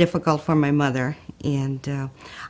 difficult for my mother and